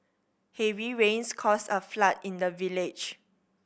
heavy rains caused a flood in the village